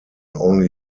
only